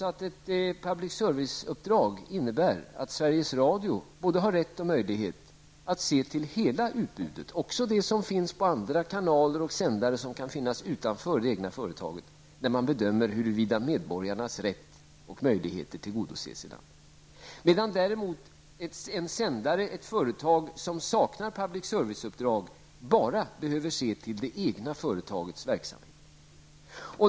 Ett public service-uppdrag innebär att Sveriges Radio har både rätt och möjlighet att se till hela utbudet, också det som sänds på kanaler utanför det egna företaget, när man bedömer huruvida medborgarnas rätt och möjligheter tillgodoses. Ett företag som saknar ett public service-uppdrag behöver däremot bara se till det egna företagets verksamhet.